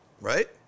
right